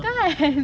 kan